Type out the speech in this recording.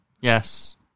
Yes